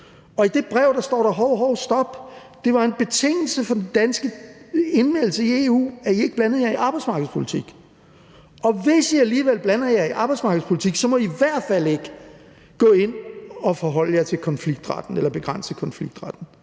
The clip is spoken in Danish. og i det brev står der: Hov, hov, stop! Det var en betingelse for den danske indmeldelse i EU, at I ikke blandede jer i arbejdsmarkedspolitik, og hvis I alligevel blander jer i arbejdsmarkedspolitik, må I i hvert fald ikke gå ind og forholde jer til konfliktretten eller begrænse konfliktretten.